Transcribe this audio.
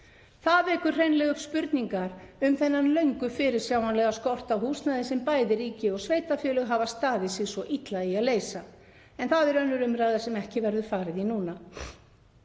Það vekur hreinlega upp spurningar um þennan löngu fyrirséða skort á húsnæði sem bæði ríki og sveitarfélög hafa staðið sig illa í að leysa en það er önnur umræða sem ekki verður farið í núna.